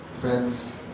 friends